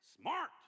Smart